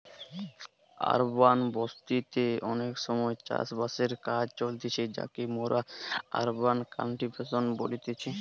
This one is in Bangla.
আরবান বসতি তে অনেক সময় চাষ বাসের কাজ চলতিছে যাকে মোরা আরবান কাল্টিভেশন বলতেছি